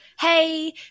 hey